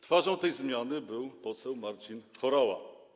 Twarzą tej zmiany był poseł Marcin Horała.